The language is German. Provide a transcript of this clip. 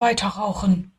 weiterrauchen